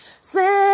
sing